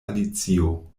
alicio